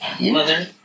mother